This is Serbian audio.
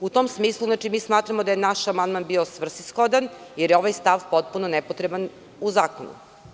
U tom smislu, mi smatramo da je naš amandman bio svrsishodan, jer je ovaj stav potpuno nepotreban u zakonu.